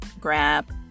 grab